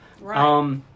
Right